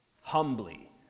humbly